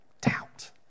Doubt